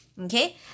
okay